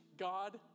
God